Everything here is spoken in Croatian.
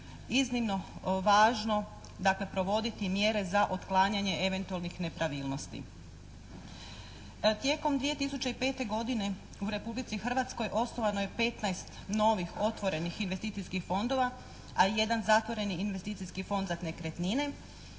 iznimno važno dakle provoditi mjere za otklanjanje eventualnih nepravilnosti. Tijekom 2005. godine u Republici Hrvatskoj osnovano je 15 novih otvorenih investicijskih fondova, a jedan zatvoreni investicijski fond za nekretnine